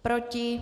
Proti?